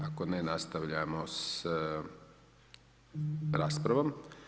Ako ne nastavljamo sa raspravom.